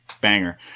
banger